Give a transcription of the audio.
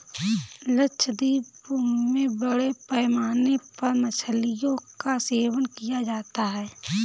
लक्षद्वीप में बड़े पैमाने पर मछलियों का सेवन किया जाता है